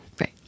right